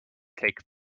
take